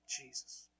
Jesus